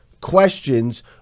questions